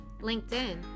LinkedIn